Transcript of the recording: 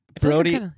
Brody-